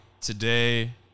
today